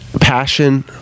passion